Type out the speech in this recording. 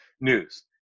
news